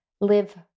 live